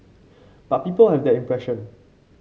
but people have that impression